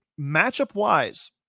matchup-wise